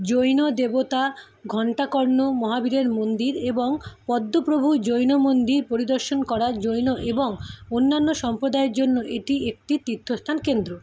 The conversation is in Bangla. জৈন দেবতা ঘন্টাকর্ণ মহাবীরের মন্দির এবং পদ্মপ্রভু জৈন মন্দির পরিদর্শন করা জৈন এবং অন্যান্য সম্পদায়ের জন্য এটি একটি তীর্থস্থান কেন্দ্র